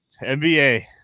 NBA